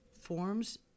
forms